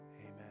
amen